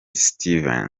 stevens